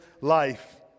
life